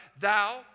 thou